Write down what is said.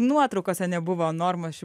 nuotraukose nebuvo norma